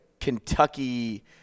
Kentucky